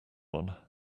one